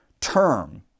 term